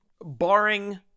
barring